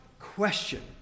question